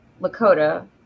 Lakota